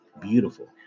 beautiful